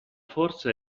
forza